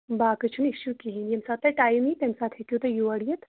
باقٕے چھُنہٕ اِشوٗ کِہیٖنۍ ییٚمہِ ساتہٕ تۄہہِ ٹایِم یی تَمہِ ساتہٕ ہیِٚکو تُہۍ یور یِتھ